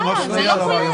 לא, זה לא כולל.